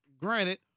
granted